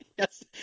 Yes